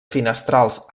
finestrals